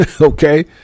Okay